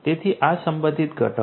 તેથી આ સંબંધિત ઘટકો છે